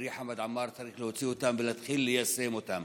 חברי חמד עמאר: צריך להוציא אותן ולהתחיל ליישם אותן.